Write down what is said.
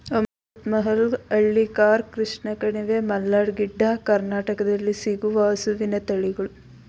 ಅಮೃತ್ ಮಹಲ್, ಹಳ್ಳಿಕಾರ್, ಕೃಷ್ಣ ಕಣಿವೆ, ಮಲ್ನಾಡ್ ಗಿಡ್ಡ, ಕರ್ನಾಟಕದಲ್ಲಿ ಸಿಗುವ ಹಸುವಿನ ತಳಿಗಳು